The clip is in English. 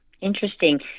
interesting